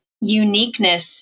uniqueness